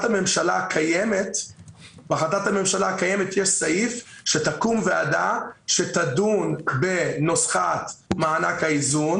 הממשלה הקיימת יש סעיף שתקום ועדה שתדון בנוסחת מענק האיזון